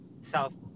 South